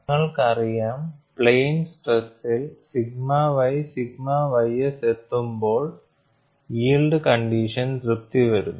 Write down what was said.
നിങ്ങൾക്ക് അറിയാം പ്ലെയിൻ സ്ട്രെസിൽ സിഗ്മ y സിഗ്മ ys ൽ എത്തുമ്പോൾ യിൽഡ് കണ്ടിഷൻ തൃപ്തി വരുന്നു